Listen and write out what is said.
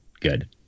good